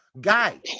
guy